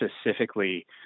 specifically